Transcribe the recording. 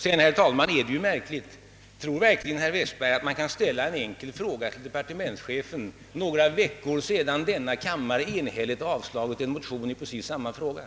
Och tror herr Westberg —— jag tycker i så fall att detta är märkligt — att man kan ställa en enkel fråga några veckor efter det att denna kammare avslagit en motion i precis samma ärende?